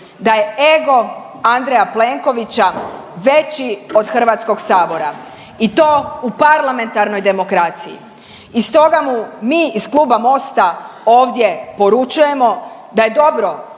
da je ego Andreja Plenkovića veći od Hrvatskog sabora i to u parlamentarnoj demokraciji. I stoga mu mi iz kluba Mosta ovdje poručujemo da je dobro